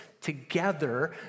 together